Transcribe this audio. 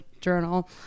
journal